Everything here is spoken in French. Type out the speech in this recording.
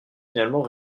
finalement